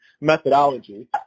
methodology